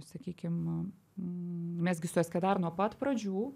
sakykim mes gi su eskedar nuo pat pradžių